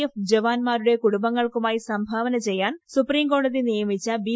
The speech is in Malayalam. എഫ് ജവാൻമാരുടെ കുടുംബങ്ങൾക്കുമായി സംഭാവന ചെയ്യാൻ സുപ്രീംകോടതി നിയമിച്ച ബി